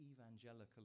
evangelical